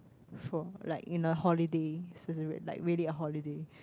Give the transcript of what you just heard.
for like in the holidays like really a holiday